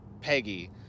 Peggy